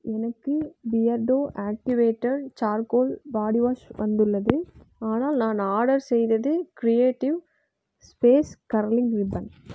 எனக்கு Beardo activated charcoal body wash வந்துள்ளது ஆனால் நான் ஆர்டர் செய்தது கிரியேடிவ் ஸ்பேஸ் கர்லிங் ரிப்பன்